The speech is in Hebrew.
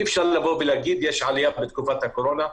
אי אפשר לבוא ולהגיד, יש עלייה בתקופת הקורונה.